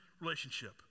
relationship